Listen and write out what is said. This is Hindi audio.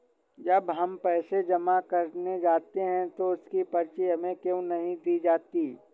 जब हम पैसे जमा करने जाते हैं तो उसकी पर्ची हमें क्यो नहीं दी जाती है?